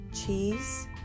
cheese